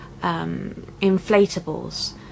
inflatables